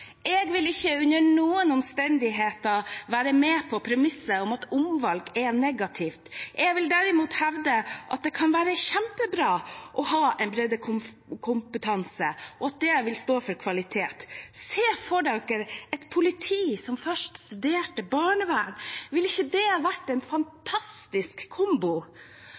Jeg vil ikke under noen omstendighet være med på premisset at omvalg er negativt. Jeg vil derimot hevde at det kan være kjempebra å ha en breddekompetanse, og at det vil stå for kvalitet. Et politi som først studerte barnevern – ville ikke det vært en fantastisk kombo?